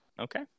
Okay